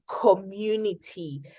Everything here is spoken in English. community